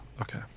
Okay